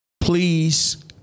please